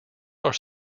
are